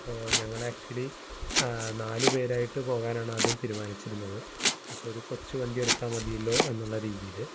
അപ്പോള് ഞങ്ങള് ആക്ച്വലി നാലുപേരായിട്ട് പോകാനാണ് ആദ്യം തീരുമാനിച്ചിരുന്നത് അപ്പോള് ഒരു കൊച്ചു വണ്ടി എടുത്താല് മതിയല്ലോ എന്നുള്ള രീതിയില്